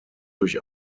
durch